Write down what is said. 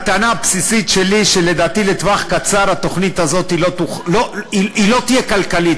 הטענה הבסיסית שלי היא שלדעתי לטווח קצר התוכנית הזאת לא תהיה כלכלית,